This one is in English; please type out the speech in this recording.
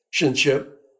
relationship